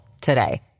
today